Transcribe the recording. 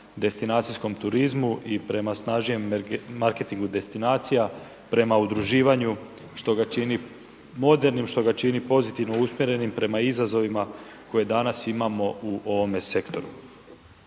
destinacijskom turizmu i prema snažnijem marketingu destinacija, prema udruživanju što ga čini modernim, što ga čini pozivnom usmjerenim prema izazovima koje danas imamo u ovome sektoru.